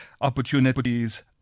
opportunities